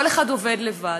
כל אחד עובד לבד.